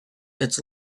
its